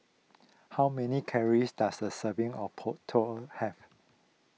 how many calories does a serving of Tao have